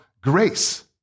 grace